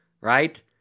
right